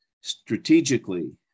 Strategically